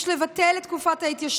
יש לבטל את תקופת ההתיישנות,